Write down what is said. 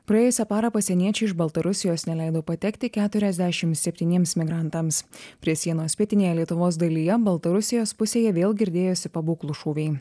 praėjusią parą pasieniečiai iš baltarusijos neleido patekti keturiasdešim septyniems migrantams prie sienos pietinėje lietuvos dalyje baltarusijos pusėje vėl girdėjosi pabūklų šūviai